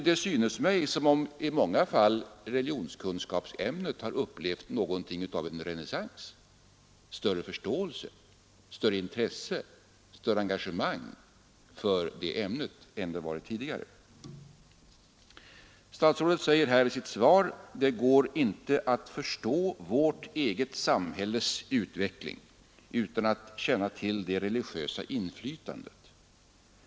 Det synes mig som om i många fall religionskunskapsämnet har upplevt någonting av en renässans — större förståelse, större intresse, större engagemang för ämnet än tidigare. Statsrådet säger i sitt svar: ”Det går inte att förstå vårt eget samhälles utveckling utan att känna till det religiösa inflytandet.